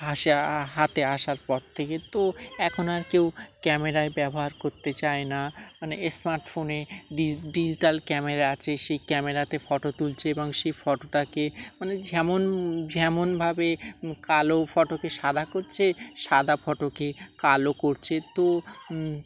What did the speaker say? হাতে হাতে আসার পর থেকে তো এখন আর কেউ ক্যামেরায় ব্যবহার করতে চায় না মানে স্মার্টফোনে ডি ডিজিটাল ক্যামেরা আছে সেই ক্যামেরাতে ফটো তুলছে এবং সেই ফটোটাকে মানে যেমন যেমনভাবে কালো ফটোকে সাদা করছে সাদা ফটোকে কালো করছে তো